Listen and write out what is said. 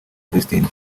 vestine